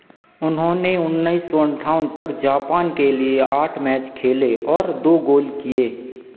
उन्होंने उन्नीस सौ अट्ठावन तक जापान के लिए आठ मैच खेले और दो गोल किए